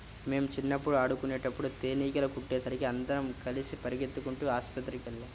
మేం చిన్నప్పుడు ఆడుకునేటప్పుడు తేనీగలు కుట్టేసరికి అందరం కలిసి పెరిగెత్తుకుంటూ ఆస్పత్రికెళ్ళాం